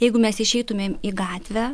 jeigu mes išeitumėm į gatvę